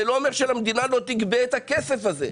זה לא אומר שהמדינה לא תגבה את הכסף הזה.